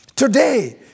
Today